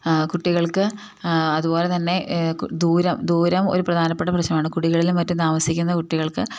കുട്ടികൾക്ക് അതുപോലെ തന്നെ ദൂരം ദൂരം ഒരു പ്രധാനപ്പെട്ട പ്രശ്നമാണ് കുടിലുകളിലും മറ്റും താമസിക്കുന്ന കുട്ടികൾക്ക്